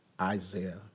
Isaiah